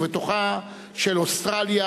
ובתוכה זו של אוסטרליה,